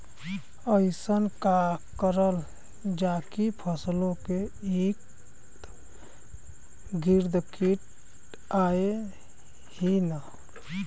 अइसन का करल जाकि फसलों के ईद गिर्द कीट आएं ही न?